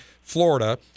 Florida